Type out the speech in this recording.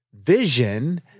vision